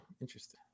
Interesting